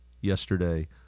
yesterday